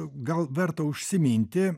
gal verta užsiminti